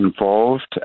involved